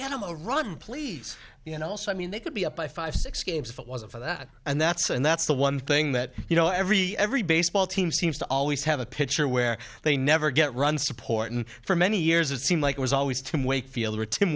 a run please you know also i mean they could be up by five six games if it wasn't for that and that's and that's the one thing that you know every every baseball team seems to always have a pitcher where they never get run support and for many years it seemed like it was always to wakefield